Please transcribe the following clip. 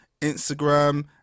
Instagram